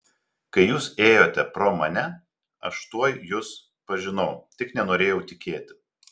kai jūs ėjote pro mane aš tuoj jus pažinau tik nenorėjau tikėti